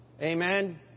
Amen